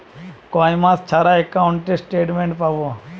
কয় মাস ছাড়া একাউন্টে স্টেটমেন্ট পাব?